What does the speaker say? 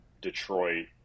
Detroit